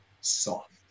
soft